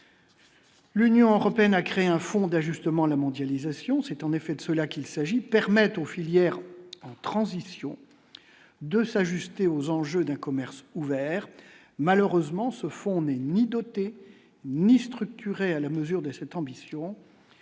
L'Union européenne a créé un fonds d'ajustement à la mondialisation, c'est en effet de cela qu'il s'agit, permettent aux filières transition de s'ajuster aux enjeux d'un commerce ouvert malheureusement ce fonds n'est ni dotés ni structurée à la mesure de cette ambition,